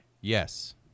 Yes